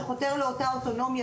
שחותר לאותה אוטונומיה,